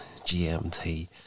GMT